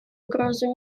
угрозу